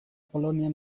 polonia